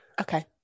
Okay